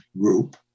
group